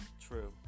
True